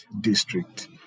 district